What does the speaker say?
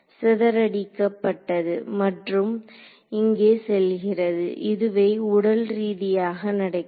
சிதறடிக்கப்பட்டது மற்றும் இங்கே செல்கிறது இதுவே உடல் ரீதியாக நடக்கிறது